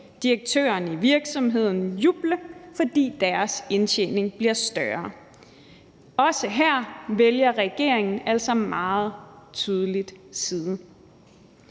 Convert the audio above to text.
direktøren i virksomheden juble, fordi deres indtjening bliver større. Også her vælger regeringen altså meget tydeligt side.